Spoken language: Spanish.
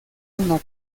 una